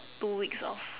two weeks of